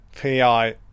PI